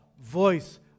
voice